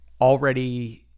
already